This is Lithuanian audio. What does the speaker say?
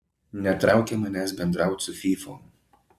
netraukia manęs bendraut su fyfom